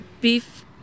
beef